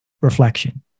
Reflection